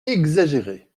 exagéré